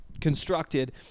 constructed